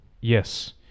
yes